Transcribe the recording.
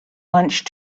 lunch